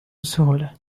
بسهولة